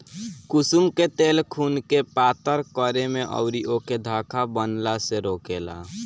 कुसुम के तेल खुनके पातर करे में अउरी ओके थक्का बनला से रोकेला